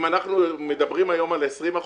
אם אנחנו מדברים היום על 20%,